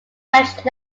french